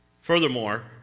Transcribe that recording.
Furthermore